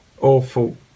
awful